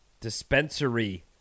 dispensary